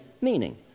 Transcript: meaning